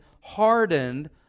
hardened